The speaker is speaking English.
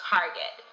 Target